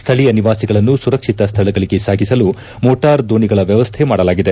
ಸ್ಥಳೀಯ ನಿವಾಸಿಗಳನ್ನು ಸುರಕ್ಷಿತ ಸ್ವಳಗಳಿಗೆ ಸಾಗಿಸಲು ಮೋಟಾರ್ ದೋಣಿಗಳ ವ್ಣವಸ್ಥೆ ಮಾಡಲಾಗಿದೆ